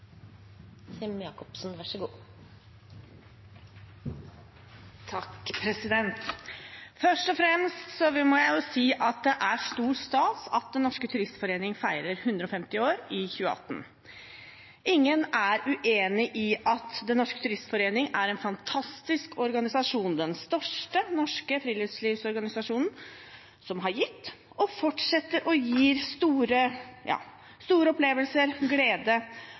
stor stas at Den Norske Turistforening feirer 150 år i 2018. Ingen er uenig i at Den Norske Turistforening er en fantastisk organisasjon, den største norske friluftslivsorganisasjonen, som har gitt, og fortsetter å gi, store opplevelser, glede